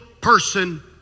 person